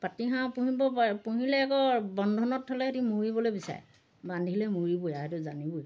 পাতি হাঁহ পুহিব পাৰে পুহিলে আকৌ বন্ধনত থ'লে সিহঁতে মৰিবলৈ বিচাৰে বান্ধিলে মৰিবই আৰু সেইটো জানিবই